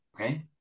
Okay